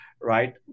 right